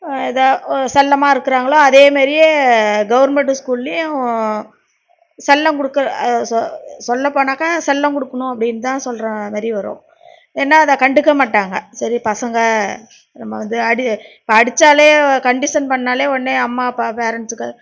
ஏதா செல்லமாக இருக்கிறாங்களோ அதேமாரியே கவுர்மெண்டு ஸ்கூல்லையும் செல்லம் கொடுக்க சொல்லப்போனாக்கா செல்லம் கொடுக்குணும் அப்படின்னுதான் சொல்கிறாமாரி வரும் ஏன்னால் அதை கண்டுக்க மாட்டாங்க சரி பசங்கள் நம்ம வந்து அடி இப்போ அடித்தாலே கண்டிஷன் பண்ணிணாலே உடனே அம்மா அப்பா பேரன்ட்ஸுக்கு